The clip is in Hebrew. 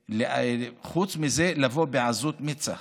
חוץ מזה, לבוא בעזות מצח,